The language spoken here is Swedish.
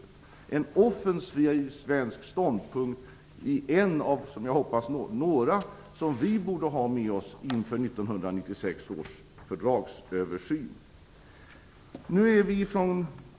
Det är en offensiv svensk ståndpunkt - en av några, hoppas jag - som vi borde ha med oss inför 1996 års fördragsöversyn.